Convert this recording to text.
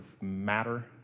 matter